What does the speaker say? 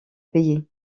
payer